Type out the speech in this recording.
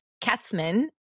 Katzman